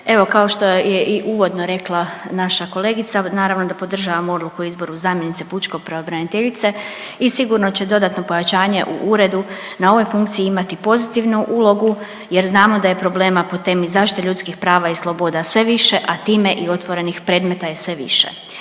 Evo kao što je i uvodno rekla naša kolegica, naravno da podržavamo odluku o izboru zamjenice pučke pravobraniteljice i sigurno će dodatno pojačanje u uredu na ovoj funkciji imati pozitivnu ulogu jer znamo da je problema po temi zaštite ljudskih prava i sloboda sve više, a time i otvorenih predmeta je sve više.